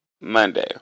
Monday